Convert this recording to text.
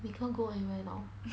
we cannot go anywhere now